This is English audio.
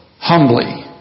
humbly